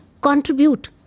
Contribute